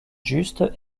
juste